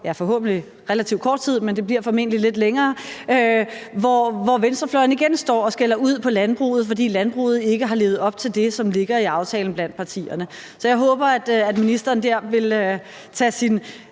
forhåbentlig om relativt kort tid, men det bliver formentlig lidt længere – hvor venstrefløjen igen står og skælder ud på landbruget, fordi landbruget ikke har levet op til det, som ligger i aftalen blandt partierne. Så jeg håber, at ministeren vil tage sin